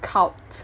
cult